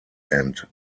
end